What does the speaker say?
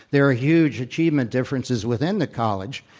there are huge achievement differences within the college.